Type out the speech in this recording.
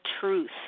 truth